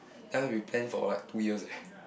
that one we plan for like two years eh